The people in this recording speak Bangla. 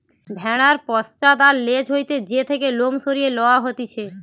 ভেড়ার পশ্চাৎ আর ল্যাজ হইতে যে থেকে লোম সরিয়ে লওয়া হতিছে